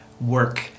work